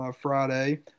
Friday